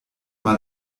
mal